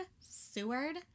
Seward